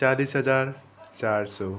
चालिस हजार चार सय